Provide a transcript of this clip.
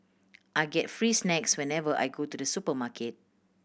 I get free snacks whenever I go to the supermarket